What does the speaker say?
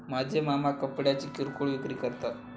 माझे मामा कपड्यांची किरकोळ विक्री करतात